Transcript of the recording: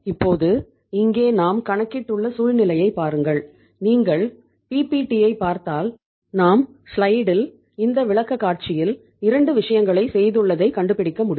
இப்போது இங்கே நாம் கணக்கிட்டுள்ள சூழ்நிலையைப் பாருங்கள் நீங்கள் பிபிடி இந்த விளக்கக்காட்சியில் 2 விஷயங்களைச் செய்துள்ளதை கண்டுபிடிக்க முடியும்